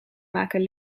maken